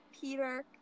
Peter